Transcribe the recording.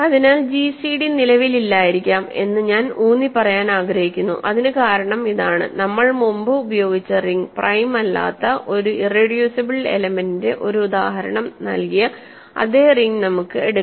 അതിനാൽ gcd നിലവിലില്ലായിരിക്കാം എന്ന് ഞാൻ ഊന്നിപ്പറയാൻ ആഗ്രഹിക്കുന്നു അതിനു കാരണം ഇതാണ് നമ്മൾ മുമ്പ് ഉപയോഗിച്ച റിങ് പ്രൈം അല്ലാത്ത ഒരു ഇറെഡ്യൂസിബിൾ എലെമെന്റിന്റെ ഒരു ഉദാഹരണം നൽകിയ അതേ റിംഗ് നമുക്ക് എടുക്കാം